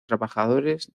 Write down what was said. trabajadores